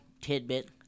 tidbit